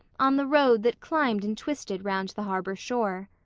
on the road that climbed and twisted round the harbor shore.